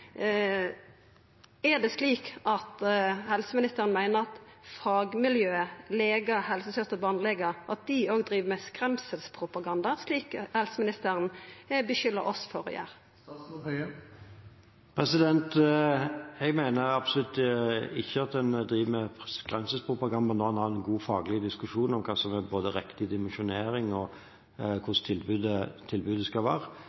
Er det slik at helseministeren meiner at fagmiljøet – legar, helsesystrer og barnelegar – òg driv med skremselspropaganda, slik helseministeren skuldar oss for å gjera? Jeg mener absolutt ikke at en driver med skremselspropaganda når en har en god faglig diskusjon om både hva som er riktig dimensjonering, og hvordan tilbudet skal være.